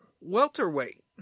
welterweight